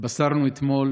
התבשרנו אתמול